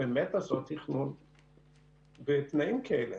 לעשות תכנון בתנאים כאלה,